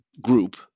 Group